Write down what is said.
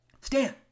Stan